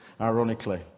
ironically